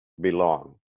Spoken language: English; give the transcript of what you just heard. belong